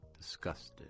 disgusted